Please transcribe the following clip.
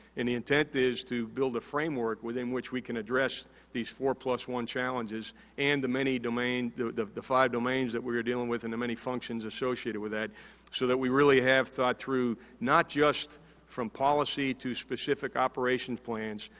and, the intent is to build a framework within which we can address these four plus one challenges and the many domain, the the five domains that we're dealing with and the many functions associated with that so that we really have thought through not just from policy to specific operations plans,